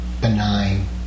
benign